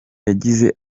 yagize